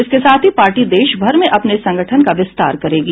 इसके साथ ही पार्टी देशभर में अपने संगठन का विस्तार करेगी